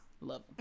Love